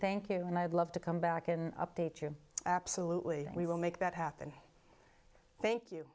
thank you and i'd love to come back and update you absolutely we will make that happen thank you